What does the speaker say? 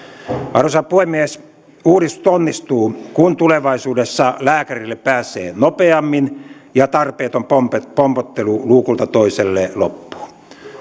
arvoisa puhemies uudistus onnistuu kun tulevaisuudessa lääkärille pääsee nopeammin ja tarpeeton pompottelu pompottelu luukulta toiselle loppuu